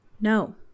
no